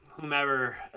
whomever